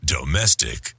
Domestic